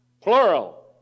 plural